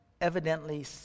evidently